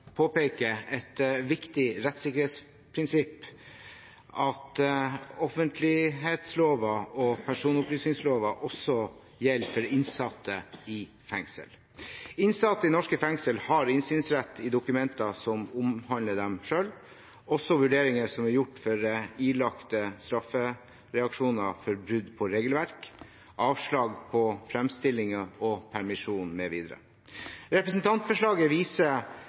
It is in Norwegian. påpeker, er et viktig rettssikkerhetsprinsipp – at offentlighetsloven og personopplysningsloven også gjelder for innsatte i fengsel. Innsatte i norske fengsler har innsynsrett i dokumenter som omhandler dem selv, også vurderinger som er gjort for ilagte straffereaksjoner for brudd på regelverk, avslag på framstillinger og permisjoner m.v. Representantforslaget viser